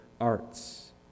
arts